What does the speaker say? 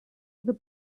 the